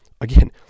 again